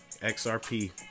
xrp